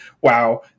wow